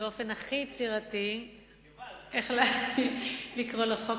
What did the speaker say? באופן הכי יצירתי איך לקרוא לחוק.